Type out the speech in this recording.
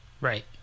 Right